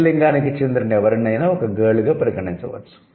స్త్రీ లింగానికి చెందిన ఎవరినైనా ఒక 'గర్ల్'గా పరిగణించవచ్చు